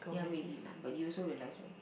ya maybe lah but you also realise right